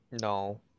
No